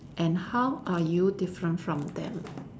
and how are you different from them